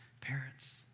Parents